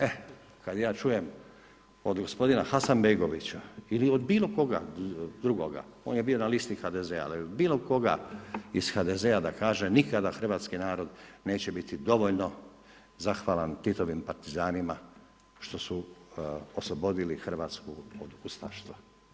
Eh kad ja čujem od gospodina Hasanbegovića ili od bilokoga drugoga, on je bio na listi HDZ-a, ali od bilokoga iz HDZ-a da kaže nikada hrvatski narod neće biti dovoljno zahvalan Titovim partizanima što su oslobodili Hrvatsku od ustaštva.